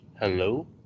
Hello